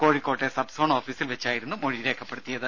കോഴിക്കോട്ടെ sub zone ഓഫീസിൽ വെച്ചായിരുന്നു മൊഴി രേഖപ്പെടുത്തിയത്